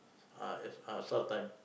ah yes uh S_A_R_S time